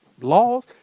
laws